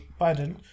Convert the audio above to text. Biden